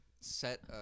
set